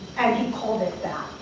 and he called it that,